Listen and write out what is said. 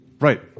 Right